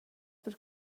per